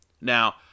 Now